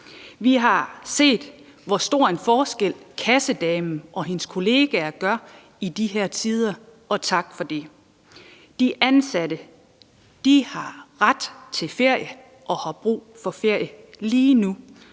Vi har set, hvor stor en forskel kassedamen og hendes kollegaer gør i de her tider. Og tak for det. De ansatte har ret til ferie og har brug for ferie lige nu.